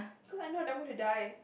because I know that I'm gonna die